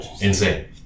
insane